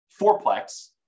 fourplex